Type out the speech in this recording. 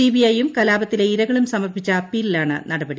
C B ഐയും കലാപത്തിലെ ഇരകളും ്സ്മർപ്പിച്ച അപ്പീലിലാണ് നടപടി